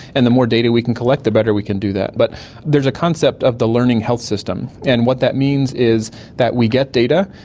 and the more data we can collect the better we can do that. but there's a concept of the learning health system, and what that means is that we get data,